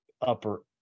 upper